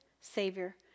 savior